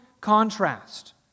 contrast